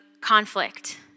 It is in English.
conflict